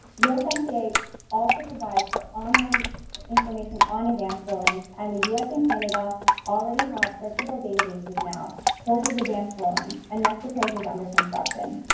usmca also provides for online information on advanced rulings and the u s. and canada already have searchable databases now for these advanced rulings and mexico's is under construction.